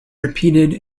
repeated